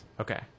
Okay